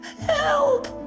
help